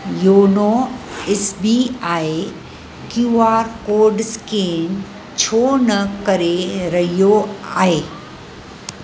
YONO S B I Q R code scan छो न करे रहियो आहे